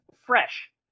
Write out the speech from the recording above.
Fresh